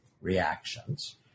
reactions